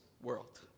world